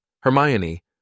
Hermione